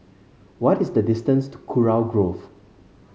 what is the distance to Kurau Grove